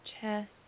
chest